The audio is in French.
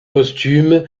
costume